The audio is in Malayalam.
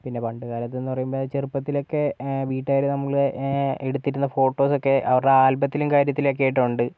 പിന്നെ പണ്ടുകാലത്തുന്നു പറയുമ്പോൾ ചെറുപ്പത്തിലൊക്കെ വീട്ടുകാരെ നമ്മളെ എടുത്തിരുന്ന ഫോട്ടോസൊക്കെ അവരെ ആൽബത്തിലും കാര്യത്തിലൊക്കെ ആയിട്ടുണ്ട്